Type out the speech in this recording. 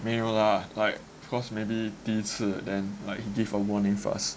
没有 lah like cause maybe 第一次 then like he give a warning for us